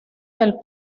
del